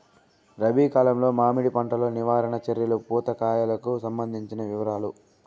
రబి కాలంలో మామిడి పంట లో నివారణ చర్యలు పూత కాయలకు సంబంధించిన వివరాలు?